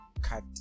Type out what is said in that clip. cut